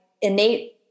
innate